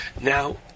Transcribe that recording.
Now